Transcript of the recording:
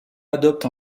adopte